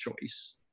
choice